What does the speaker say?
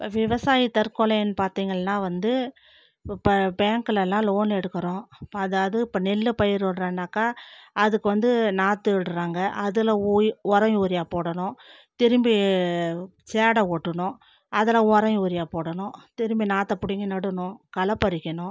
விவசாய தற்கொலைன்னு பார்த்தீங்கள்னா வந்து இப்போ பேங்க்லெலாம் லோன் எடுக்கிறோம் அதாவது இப்போ நெல் பயிரிடறோன்னாக்கா அதுக்கு வந்து நாற்று விடறாங்க அதில் ஒய் உரம் யூரியா போடணும் திரும்பி சேடை ஓட்டணும் அதில் உரம் யூரியா போடணும் திரும்பி நாற்றப் பிடுங்கி நடணும் களை பறிக்கணும்